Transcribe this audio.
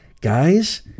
Guys